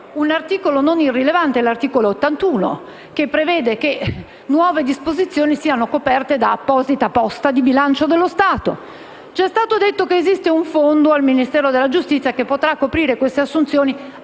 un articolo non irrilevante, l'articolo 81, che prevede che nuove disposizioni siano coperte da apposita posta di bilancio dello Stato. Ci è stato detto che esiste un fondo del Ministero della giustizia che potrà coprire queste assunzioni